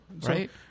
Right